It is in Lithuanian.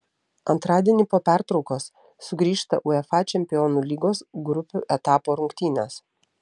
antradienį po pertraukos sugrįžta uefa čempionų lygos grupių etapo rungtynės